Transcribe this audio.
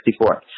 1964